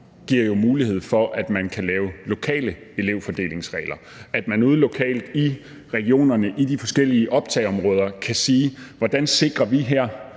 giver jo mulighed for, at man kan lave lokale elevfordelingsregler, at man ude lokalt i regionerne i de forskellige optagområder kan sige: Hvordan sikrer vi her,